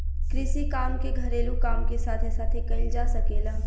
कृषि काम के घरेलू काम के साथे साथे कईल जा सकेला